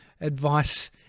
advice